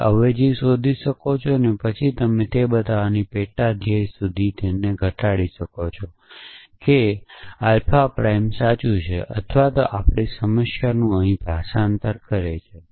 તમે અવેજી શોધી શકો છો પછી તમે તેને બતાવવાની પેટા ધ્યેય સુધી તેને ઘટાડી શકો છો કે બતાવો કે આલ્ફાપ્રાઇમ સાચું છે અથવા આપણી સમસ્યાનું અહીં ભાષાંતર કરે છે